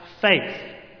faith